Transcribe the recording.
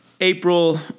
April